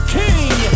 king